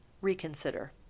reconsider